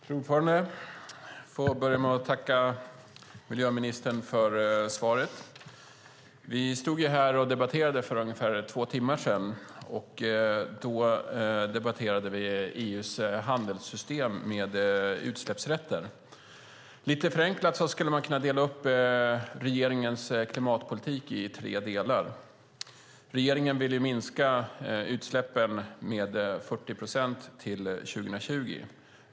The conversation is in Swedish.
Fru talman! Jag får börja med att tacka miljöministern för svaret. Vi stod här och debatterade för ungefär två timmar sedan. Då debatterade vi EU:s system för handel med utsläppsrätter. Lite förenklat skulle man kunna dela upp regeringens klimatpolitik i tre delar. Regeringen vill minska utsläppen med 40 procent till 2020.